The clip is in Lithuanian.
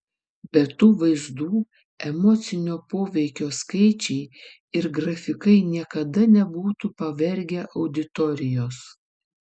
be tų vaizdų emocinio poveikio skaičiai ir grafikai niekada nebūtų pavergę auditorijos